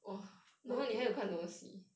poor thing